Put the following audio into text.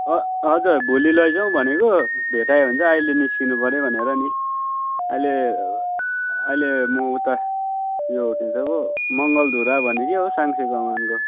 ह हजुर भोलि लैजाउँ भनेको भेटायो भने चाहिँ अहिले निस्कनु पऱ्यो भनेर नि अहिले अहिले म उता यो के भन्छ पो मङ्गलधुरा भन्नेको के साङ्चे कमान को